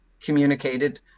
communicated